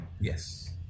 Yes